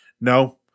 No